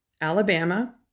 Alabama